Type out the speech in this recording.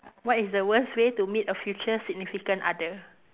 what is the worst way to meet a future significant other